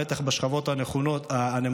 בטח בשכבות הנמוכות.